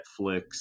Netflix